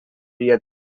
via